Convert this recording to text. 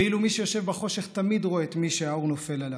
ואילו מי שיושב בחושך תמיד רואה את מי שהאור נופל עליו.